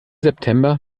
september